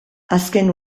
azken